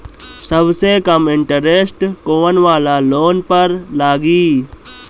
सबसे कम इन्टरेस्ट कोउन वाला लोन पर लागी?